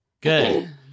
Good